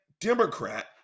Democrat